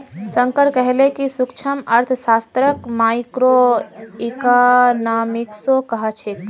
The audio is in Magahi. शंकर कहले कि सूक्ष्मअर्थशास्त्रक माइक्रोइकॉनॉमिक्सो कह छेक